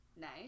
Nice